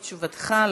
בתשובתך,